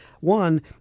One